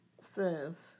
says